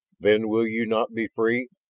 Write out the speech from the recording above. then will you not be free?